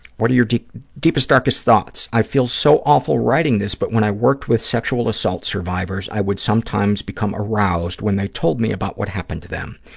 what are your deepest, darkest thoughts? i feel so awful writing this, but when i worked with sexual assault survivors, i would sometimes become aroused when they told me about what happened to them.